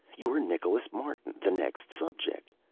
you're nicholas martin, the next subject.